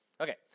Okay